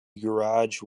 garage